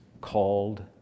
called